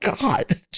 god